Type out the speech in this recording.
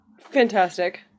Fantastic